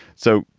so,